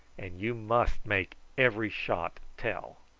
and you must make every shot tell.